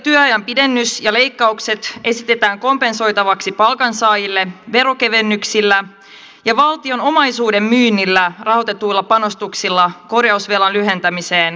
työajan pidennys ja leikkaukset esitetään kompensoitavaksi palkansaajille veronkevennyksillä ja valtion omaisuuden myynnillä rahoitetuilla panostuksilla korjausvelan lyhentämiseen ja kärkihankkeisiin